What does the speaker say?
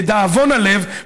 לדאבון הלב,